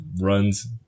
runs